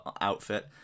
outfit